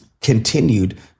continued